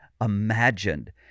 imagined